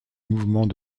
mouvement